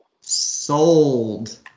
Sold